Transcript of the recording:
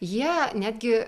jie netgi